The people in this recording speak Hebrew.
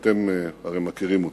שאתם הרי מכירים אותם.